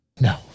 No